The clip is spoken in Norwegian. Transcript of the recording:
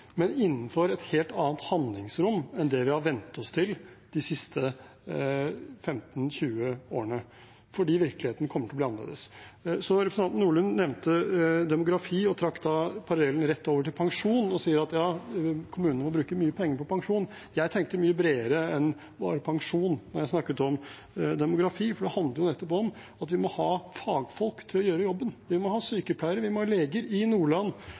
men innenfor et helt annet handlingsrom enn det vi har vent oss til de siste 15–20 årene, fordi virkeligheten kommer til å bli annerledes. Representanten Nordlund nevnte demografi og trakk da parallellen rett over til pensjon, og sier at ja, kommunene må bruke mye penger på pensjon. Jeg tenkte mye bredere enn bare pensjon da jeg snakket om demografi, for det handler jo om at vi må ha fagfolk til å gjøre jobben. Vi må ha sykepleiere, vi må ha leger. I Nordland